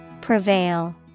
Prevail